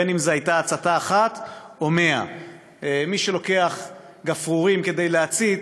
בין אם זו הייתה הצתה אחת או 100. מי שלוקח גפרורים כדי להצית,